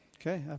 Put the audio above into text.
Okay